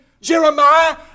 Jeremiah